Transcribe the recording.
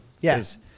Yes